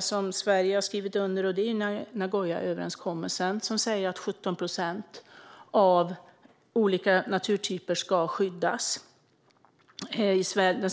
som Sverige har skrivit under, nämligen Nagoyaöverenskommelsen. Där framgår att 17 procent av olika naturtyper ska skyddas.